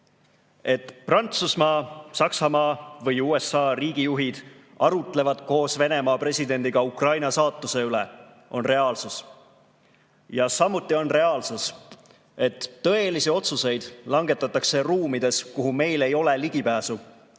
Et Prantsusmaa, Saksamaa ja USA riigijuhid arutlevad koos Venemaa presidendiga Ukraina saatuse üle, on reaalsus. Ja samuti on reaalsus, et tõelisi otsuseid langetatakse ruumides, kuhu meil ei ole ligipääsu,